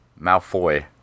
Malfoy